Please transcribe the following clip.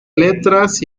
letras